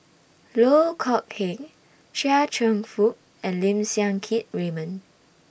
Loh Kok Heng Chia Cheong Fook and Lim Siang Keat Raymond